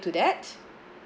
to that